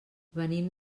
venim